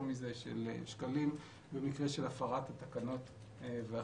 מזה של שקלים במקרה של הפרת התקנות והחוק.